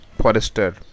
forester